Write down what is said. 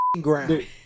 ground